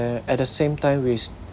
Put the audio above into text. at the same time which